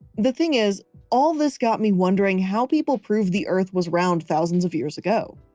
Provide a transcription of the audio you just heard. the thing, is all this got me wondering how people prove the earth was round thousands of years ago.